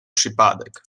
przypadek